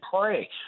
pray